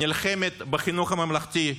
נלחמת בחינוך הממלכתי,